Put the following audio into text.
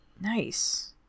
Nice